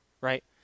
right